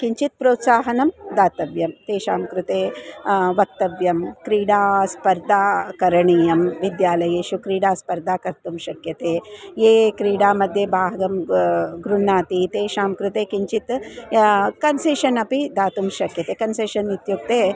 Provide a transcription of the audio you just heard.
किञ्चित् प्रोत्साहनं दातव्यं तेषां कृते वक्तव्यं क्रीडास्पर्धा करणीया विद्यालयेषु क्रीडास्पर्धा कर्तुं शक्यते ये क्रीडामध्ये भागं गृह्णन्ति तेषां कृते किञ्चित् कन्सेशन् अपि दातुं शक्यते कन्सेशन् इत्युक्ते